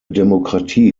demokratie